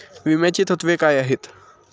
विम्याची तत्वे काय आहेत?